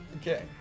Okay